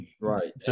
Right